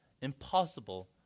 impossible